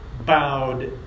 bowed